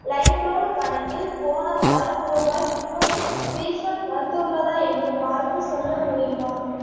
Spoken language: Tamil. லைம் ரோட் கணக்கில் போன வாரம் ரூபாய் முந்நூறு ரீஃபண்ட் வந்துள்ளதா என்று பார்த்து சொல்ல முடியுமா